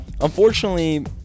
unfortunately